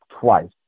twice